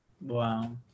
Wow